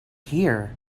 here